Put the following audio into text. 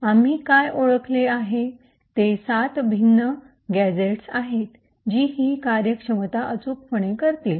आम्ही काय ओळखले आहे ते 7 भिन्न गॅझेट्स आहेत जी ही कार्यक्षमता अचूकपणे करतील